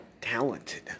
talented